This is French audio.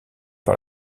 par